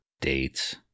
dates